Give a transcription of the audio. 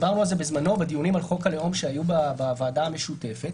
ודיברנו על זה בזמנו בדיונים על חוק הלאום שהיו בוועדה המשותפת,